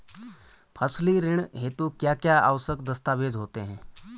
फसली ऋण हेतु क्या क्या आवश्यक दस्तावेज़ होते हैं?